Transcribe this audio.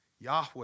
Yahweh